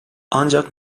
ancak